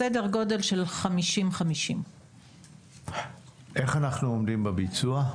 סדר גודל של 50-50. איך אנחנו עומדים בביצוע?